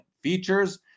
features